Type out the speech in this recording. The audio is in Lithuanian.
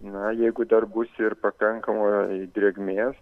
na jeigu dar bus ir pakankamai drėgmės